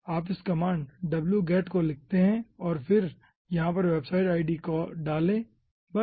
आप इस command wget को लिख सकते हैं और फिर यहाँ पर वेबसाइट आईडी डाले बस